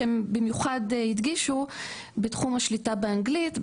הם במיוחד הדגישו בתחום השליטה באנגלית,